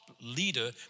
leader